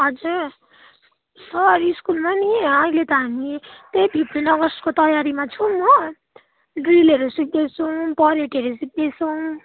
हजुर सर स्कुलमा नि अहिले त हामी त्यही फिफ्टिन अगस्तको तयारीमा छौँ हो ड्रिलहरू सिक्दैछौँ परेडहरू सिक्दैछौँ